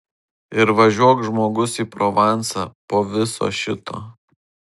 ir važiuok žmogus į provansą po viso šito